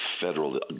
federal